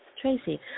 Tracy